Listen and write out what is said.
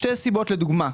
שתי סיבות לדוגמה.